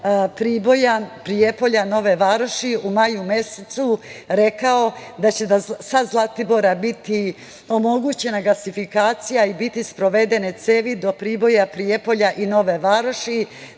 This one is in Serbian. Priboja, Prijepolja, Nove Varoši u maju mesecu rekao da će sa Zlatibora biti omogućena gasifikacija i biti sprovedene cevi do Priboja, Prijepolja i Nove Varoši,